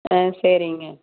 ஆ சரிங்க